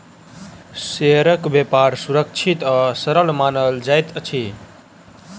शेयरक व्यापार सुरक्षित आ सरल मानल जाइत अछि